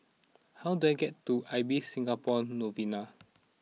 how do I get to Ibis Singapore Novena